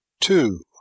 Two